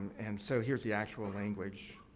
and, so, here's the actual language.